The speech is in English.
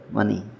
money